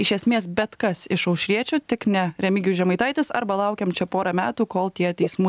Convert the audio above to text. iš esmės bet kas iš aušriečių tik ne remigijus žemaitaitis arba laukiam čia porą metų kol tie teismų